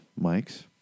mics